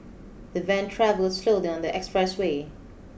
the van travelled slowly on the expressway